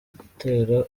gutera